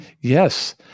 yes